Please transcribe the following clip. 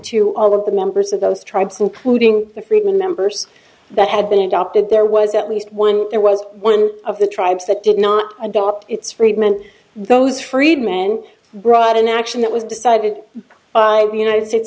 to all of the members of those tribes including the freedman members that had been adopted there was at least one there was one of the tribes that did not adopt its freedman those freedman brought an action that was decided by the united states